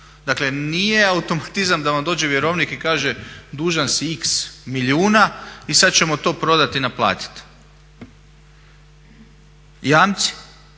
Dakle, nije automatizam da vam dođe vjerovnik i kaže dužan si x milijuna i sad ćemo to prodati i naplatiti. Jamci,